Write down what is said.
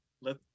let